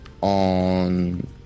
on